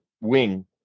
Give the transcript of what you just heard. wing